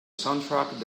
soundtrack